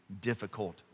difficult